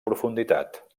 profunditat